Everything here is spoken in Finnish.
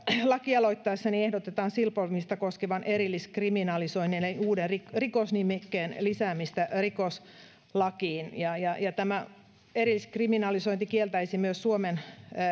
lakialoitteessani ehdotetaan silpomista koskevan erilliskriminalisoinnin eli uuden rikosnimikkeen lisäämistä rikoslakiin tämä erilliskriminalisointi kieltäisi myös suomen